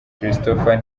christopher